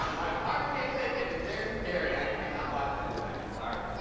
my heart can't take it, it's very scary. i cannot watch that tonight, sorry.